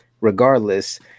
regardless